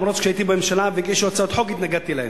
ולמרות זה כשהייתי בממשלה והגישו הצעות חוק התנגדתי להן,